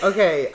Okay